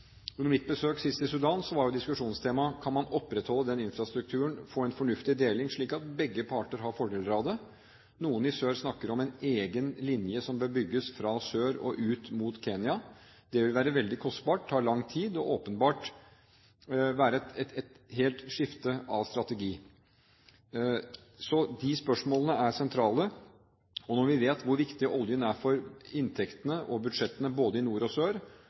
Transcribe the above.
Under mitt besøk sist i Sudan var diskusjonstemaet: Kan man opprettholde den infrastrukturen og få en fornuftig deling, slik at begge parter har fordeler av det? Noen i sør snakker om en egen linje som bør bygges fra sør og ut mot Kenya. Det vil være veldig kostbart, ta lang tid og åpenbart være et totalt skifte av strategi. Så disse spørsmålene er sentrale. Og når vi vet hvor viktig oljen er for inntektene og budsjettene både i nord og i sør,